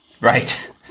Right